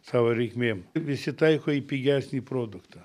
savo reikmėm visi taiko į pigesnį produktą